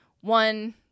one